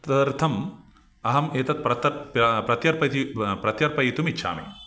तदर्थम् अहम् एतत् प्रतत् प्रत्यर्प्यति प्रत्यर्पयितुम् इच्छामि